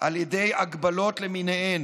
על ידי הגבלות למיניהן.